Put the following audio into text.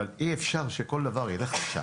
אבל אי-אפשר שכל דבר ילך לשם.